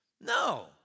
No